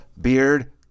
beard